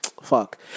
fuck